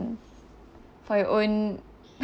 for your own